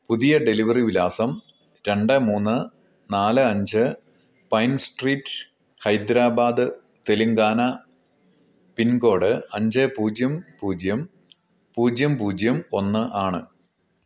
പുതിയ ഡെലിവറി വിലാസം രണ്ട് മൂന്ന് നാല് അഞ്ച് pine street Hyderabad Telangana pin code അഞ്ച് പൂജ്യം പൂജ്യം പൂജ്യം പൂജ്യം ഒന്ന് ആണ്